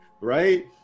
right